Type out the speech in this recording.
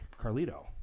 Carlito